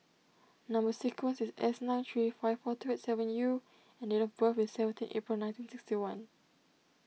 Number Sequence is S nine three five four two eight seven U and date of birth is seventeen April nineteen sixty one